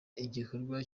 igikorwa